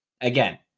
Again